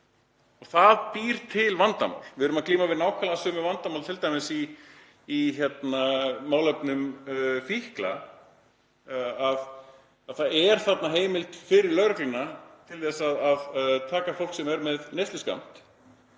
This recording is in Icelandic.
Þetta býr til vandamál. Við erum að glíma við nákvæmlega sömu vandamál í málefnum fíkla. Það er þarna heimild fyrir lögregluna til að taka fólk sem er með neysluskammt.